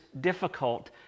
difficult